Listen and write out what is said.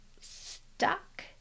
stuck